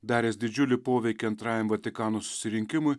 daręs didžiulį poveikį antrajam vatikano susirinkimui